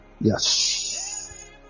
Yes